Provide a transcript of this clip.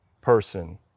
person